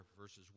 verses